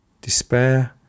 Despair